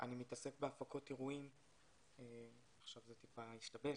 אני מתעסק בהפקות אירועים, עכשיו זה טיפה השתבש.